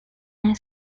and